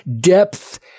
depth